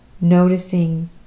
Noticing